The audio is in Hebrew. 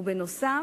ובנוסף,